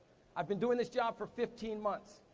i've been doing this job for fifteen months,